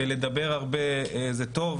לדבר הרבה זה טוב,